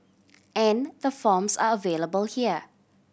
and the forms are available here